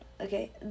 okay